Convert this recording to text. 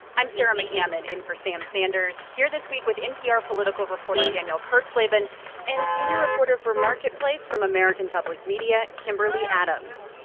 i'm sarah mccammon in for sam sanders here this week with npr political reporter danielle kurtzleben and senior reporter for marketplace from american public media, kimberly adams.